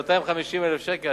250,000 שקלים,